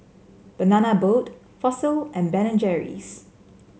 Banana Boat Fossil and Ben and Jerry's